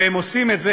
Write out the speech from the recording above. והם עושים את זה,